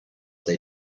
they